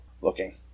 looking